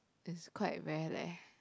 is quite rare leh